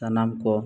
ᱥᱟᱱᱟᱢ ᱠᱚ